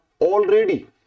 already